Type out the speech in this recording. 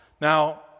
Now